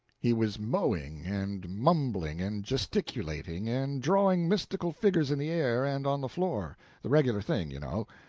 he was mowing, and mumbling, and gesticulating, and drawing mystical figures in the air and on the floor the regular thing, you know.